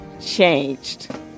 changed